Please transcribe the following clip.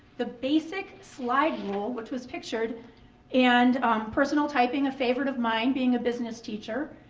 the basic slide rule, which was pictured and personal typing, a favorite of mine being a business teacher,